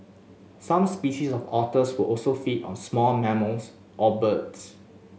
some species of otters was also feed on small mammals or birds